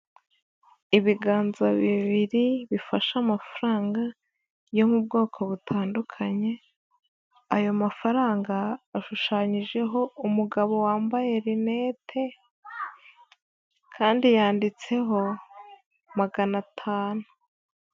Ibiganza bibiri bifashe amafaranga yo mu bwoko butandukanye, ayo mafaranga ashushanyijeho umugabo wambaye rinete kandi yanditseho magana atanu.